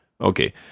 Okay